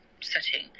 setting